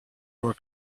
were